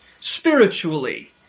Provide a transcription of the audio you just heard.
spiritually